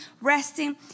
resting